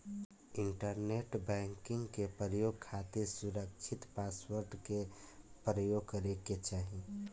internet banking के प्रयोग खातिर सुरकछित पासवर्ड के परयोग करे के चाही